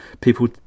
People